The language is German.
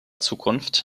zukunft